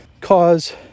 cause